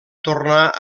tornar